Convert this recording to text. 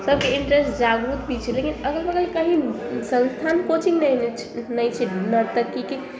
सभके इंट्रेस्ट जागरूक भी छै लेकिन अगल बगल कहीँ कोचिंग संस्थान नहि नहि नहि छै नर्तकीके